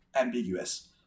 ambiguous